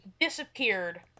disappeared